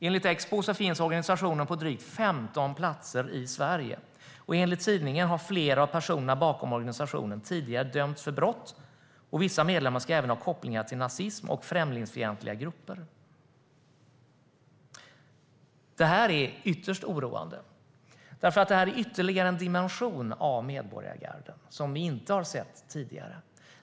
Enligt Expo finns organisationen på drygt 15 platser i Sverige, och enligt tidningen har flera av personerna bakom organisationen tidigare dömts för brott, och vissa medlemmar ska även ha kopplingar till nazism och främlingsfientliga grupper. Detta är ytterst oroande, för det är ytterligare en dimension av medborgargarden som vi inte har sett tidigare.